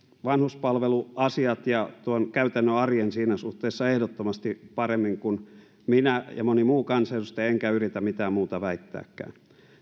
vanhuspalveluasiat ja tuon käytännön arjen ehdottomasti paremmin kuin minä ja moni muu kansanedustaja enkä yritä mitään muuta väittääkään